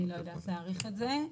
אני לא יודעת להעריך את זה.